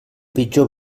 pitjor